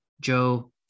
Joe